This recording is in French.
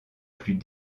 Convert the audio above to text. plus